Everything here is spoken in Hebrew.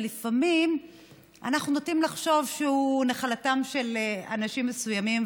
שלפעמים אנחנו נוטים לחשוב שהוא נחלתם של אנשים מסוימים.